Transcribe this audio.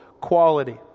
quality